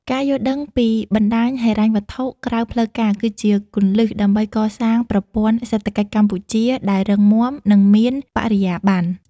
ការយល់ដឹងពីបណ្ដាញហិរញ្ញវត្ថុក្រៅផ្លូវការ គឺជាគន្លឹះដើម្បីកសាងប្រព័ន្ធសេដ្ឋកិច្ចកម្ពុជាដែលរឹងមាំ និងមានបរិយាបន្ន។